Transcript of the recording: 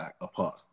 apart